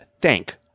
thank